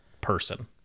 person